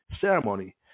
ceremony